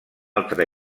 altra